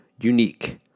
unique